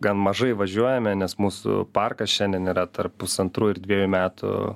gan mažai važiuojame nes mūsų parkas šiandien yra tarp pusantrų ir dviejų metų